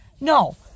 No